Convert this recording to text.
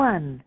One